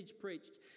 preached